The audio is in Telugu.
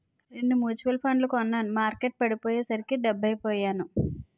రెండు మ్యూచువల్ ఫండ్లు కొన్నాను మార్కెట్టు పడిపోయ్యేసరికి డెబ్బై పొయ్యాను